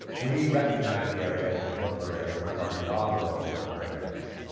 we recognize the area as an important bird area, one of our inaugural important bird areas.